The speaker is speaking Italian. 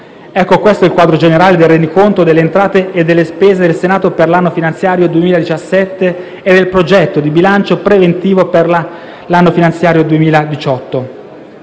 Questo è il quadro generale del rendiconto delle entrate e delle spese del Senato per l'anno finanziario 2017 e del progetto di bilancio preventivo per l'anno finanziario 2018.